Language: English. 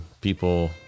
people